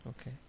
Okay